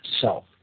self